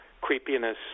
creepiness